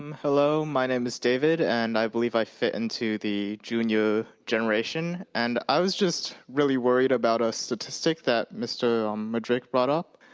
um hello. my name is david, and i believe i fit into the junior generation. and i was just really worried about a statistic that mr. um madrick brought up.